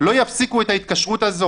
לא יפסיקו את ההתקשרות הזו,